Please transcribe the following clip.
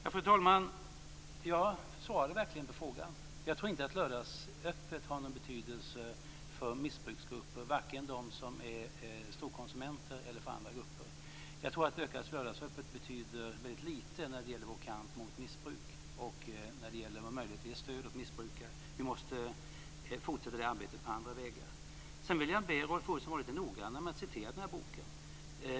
Fru talman! Jag besvarade frågan. Jag tror inte att lördagsöppet har någon betydelse för missbruksgrupper, vare sig för storkonsumenter eller för andra grupper. Jag tror att lördagsöppet betyder väldigt lite när det gäller vår kamp mot missbruk och vår möjlighet att ge stöd åt missbrukare. Vi måste fortsätta det arbetet på andra sätt. Sedan vill jag be Rolf Olsson att vara lite noggrannare när han refererar den här boken.